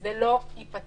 זה לא ייפתר.